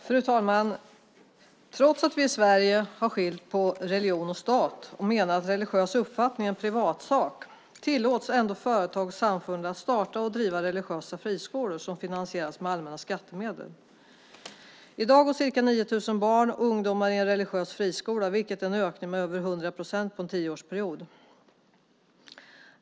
Fru talman! Trots att vi i Sverige har skilt på religion och stat och menar att religiös uppfattning är en privatsak tillåts företag och samfund att starta och driva religiösa friskolor som finansieras med allmänna skattemedel. I dag går ca 9 000 barn och ungdomar i religiösa friskolor, vilket är en ökning med över hundra procent på en tioårsperiod.